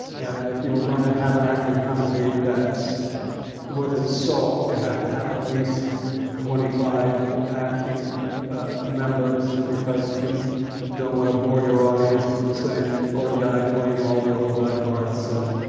and if you were going to have an acting company that's worth its salt you have to have at least twenty five acting ah members because you don't want to bore your audience with the same old guy playing all the old guy parts. and